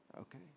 Okay